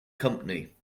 company